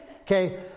Okay